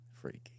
freaky